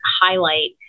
highlight